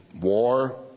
war